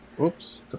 Oops